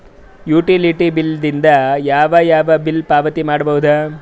Utility bill ದಿಂದ ಯಾವ ಯಾವ ಬಿಲ್ ಪಾವತಿ ಮಾಡಬಹುದು?